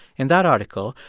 in that article,